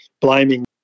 blaming